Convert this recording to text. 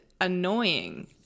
annoying